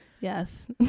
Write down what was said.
yes